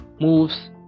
moves